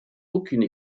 aucune